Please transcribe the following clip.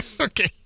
Okay